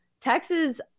Texas